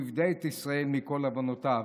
והוא יפדה את ישראל מכל עונתיו".